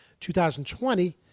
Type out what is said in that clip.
2020